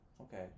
okay